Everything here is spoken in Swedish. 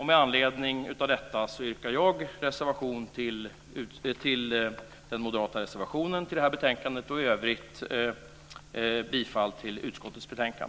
Med anledning av detta yrkar jag bifall till den moderata reservationen i betänkandet samt i övrigt till utskottets hemställan.